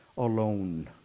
alone